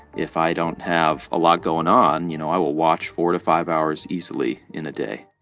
if i don't have a lot going on, you know, i will watch four to five hours easily in a day